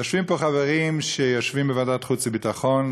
יושבים פה חברים בוועדת החוץ והביטחון,